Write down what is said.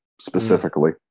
specifically